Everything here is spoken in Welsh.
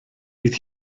bydd